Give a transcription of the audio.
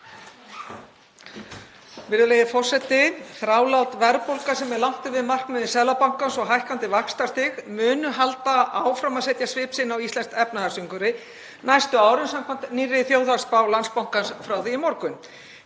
Virðulegi forseti. Þrálát verðbólga sem er langt yfir markmiði Seðlabankans og hækkandi vaxtastig munu halda áfram að setja svip sinn á íslenskt efnahagsumhverfi næstu árin samkvæmt nýrri þjóðhagsspá Landsbankans frá því í morgun.